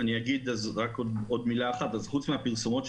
חוץ מהפרסומות,